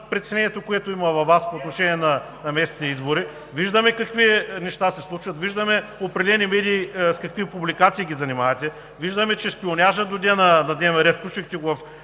притеснението, което има във Вас по отношение на местните избори, виждаме какви неща се случват, виждаме определени медии с какви публикации ги занимавате, виждаме, че шпионажът дойде на дневен ред, включихте го